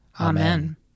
Amen